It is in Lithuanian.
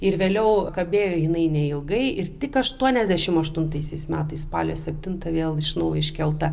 ir vėliau kabėjo jinai neilgai ir tik aštuoniasdešimt aštuntaisiais metais spalio septintą vėl iš naujo iškelta